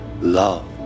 Love